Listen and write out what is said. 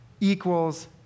equals